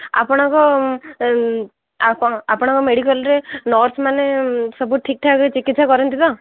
ଆପଣଙ୍କ ଆପଣ ଆପଣଙ୍କ ମେଡ଼ିକାଲରେ ନର୍ସମାନେ ସବୁ ଠିକଠାକ୍ ଚିକିତ୍ସା କରନ୍ତି ତ